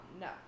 No